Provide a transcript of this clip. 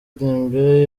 dembele